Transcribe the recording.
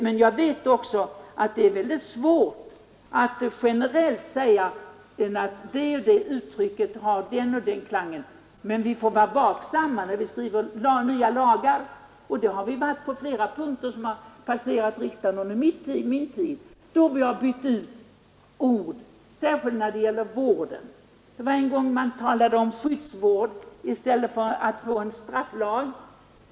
Men jag vet också att det är väldigt svårt att generellt säga att ett visst uttryck har en speciell klang. Vi får vara vaksamma när vi skriver nya lagar och det har vi varit på flera punkter i fall som passerat riksdagen under min tid. Vi har bytt ut ord, särskilt när det gäller vården. En gång talade man om skyddsvård i stället för att skapa en strafflag.